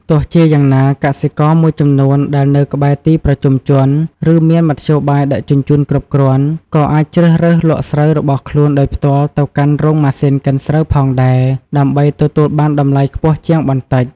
ទោះជាយ៉ាងណា កសិករមួយចំនួនដែលនៅក្បែរទីប្រជុំជន ឬមានមធ្យោបាយដឹកជញ្ជូនគ្រប់គ្រាន់ ក៏អាចជ្រើសរើសលក់ស្រូវរបស់ខ្លួនដោយផ្ទាល់ទៅកាន់រោងម៉ាស៊ីនកិនស្រូវផងដែរ ដើម្បីទទួលបានតម្លៃខ្ពស់ជាងបន្តិច។